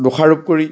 দোষাৰোপ কৰি